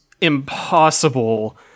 impossible